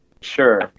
sure